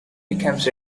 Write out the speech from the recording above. becomes